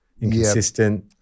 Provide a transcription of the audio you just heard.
inconsistent